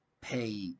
pay